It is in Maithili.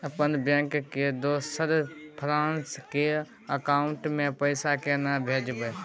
अपने बैंक के दोसर ब्रांच के अकाउंट म पैसा केना भेजबै?